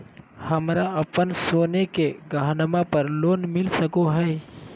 हमरा अप्पन सोने के गहनबा पर लोन मिल सको हइ?